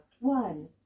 one